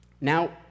now